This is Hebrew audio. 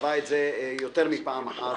שחווה את זה יותר מפעם אחת